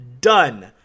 Done